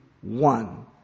one